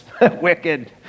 wicked